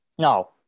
No